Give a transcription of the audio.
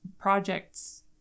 projects